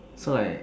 so like